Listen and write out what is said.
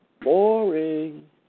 Boring